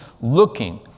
looking